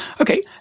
Okay